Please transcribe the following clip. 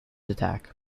attack